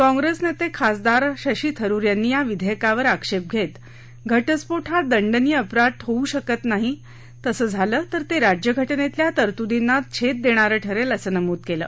काँप्रेस नेते खासदार शशी थरुर यांनी या विधेयकावर आक्षेप घेत घ उम्फो हा दंडनीय अपराध होऊ शकत नाही तसं झालं तर ते राज्यघ जितल्या तरतूदींना छेद देणारं ठरेल असं नमूद केलं